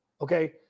Okay